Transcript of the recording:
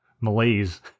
malaise